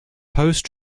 post